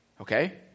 okay